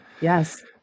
Yes